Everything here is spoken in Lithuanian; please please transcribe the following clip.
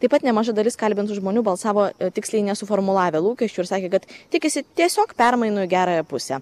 taip pat nemaža dalis kalbintų žmonių balsavo tiksliai nesuformulavę lūkesčių ir sakė kad tikisi tiesiog permainų į gerąją pusę